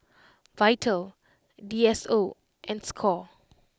Vital D S O and Score